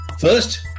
First